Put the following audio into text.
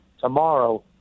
tomorrow